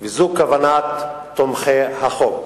וזו כוונת תומכי החוק.